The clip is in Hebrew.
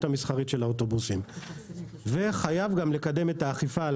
המסחרית של האוטובוסים וחייב גם לקדם את האכיפה על